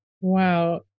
Wow